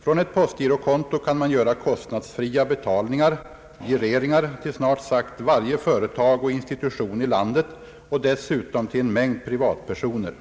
Från ett postgirokonto kan man göra kostnadsfria betalningar — gireringar — till snart sagt varje företag och institution i lan det och dessutom till en mängd privatpersoner: